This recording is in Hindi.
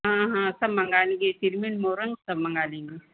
हाँ हाँ सब मँगा लेंगे सिरमेंट मौरङ सब मँगा लेंगे